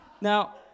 Now